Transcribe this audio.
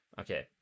Okay